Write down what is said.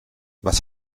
was